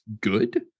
good